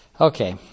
Okay